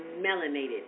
melanated